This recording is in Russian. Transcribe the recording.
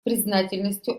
признательностью